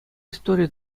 истори